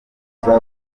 guhura